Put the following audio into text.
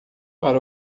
para